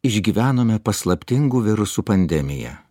išgyvenome paslaptingu virusu pandemija